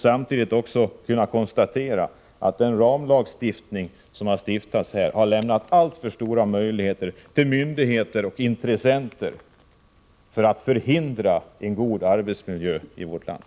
Samtidigt konstaterar jag att den ramlag som stiftats på detta område har lämnat alltför stora möjligheter för myndigheter och intressenter att förhindra en god arbetsmiljö i vårt land.